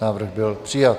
Návrh byl přijat.